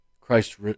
Christ